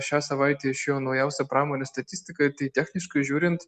šią savaitę išėjo naujausia pramonės statistika tai techniškai žiūrint